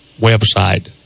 website